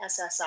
SSI